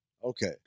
okay